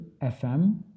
FM